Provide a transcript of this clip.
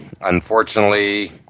unfortunately